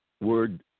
word